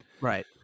right